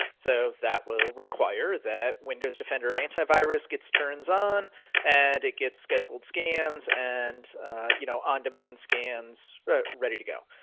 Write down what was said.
so that will require that windows defender antivirus gets turns on and it gets scheduled scans and you know on-demand scans ready to go.